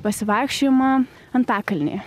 pasivaikščiojimą antakalnyje